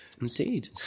Indeed